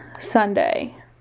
Sunday